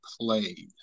played